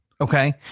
okay